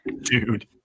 dude